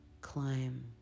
climb